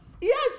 Yes